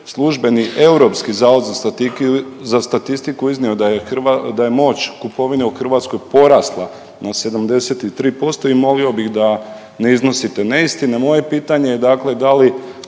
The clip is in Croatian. službeni Europski zavod za statistiku iznio da je moć kupovine u Hrvatskoj porasla na 73% i molio bih da ne iznosite neistine. Moje pitanje je dakle da li